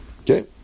Okay